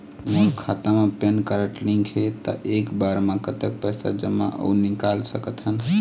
मोर खाता मा PAN card link हे ता एक बार मा कतक पैसा जमा अऊ निकाल सकथन?